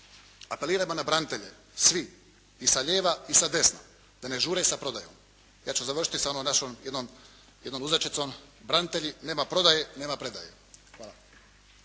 Apelirajmo na branitelje svi, i sa lijeva i sa desna da ne žure sa prodajom. Ja ću završiti sa onom našom jednom uzrečicom: "Branitelji, nema prodaje, nema predaje!". Hvala